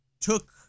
took